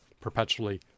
perpetually